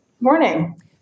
Morning